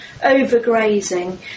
overgrazing